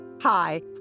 Hi